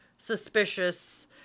Suspicious